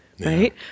Right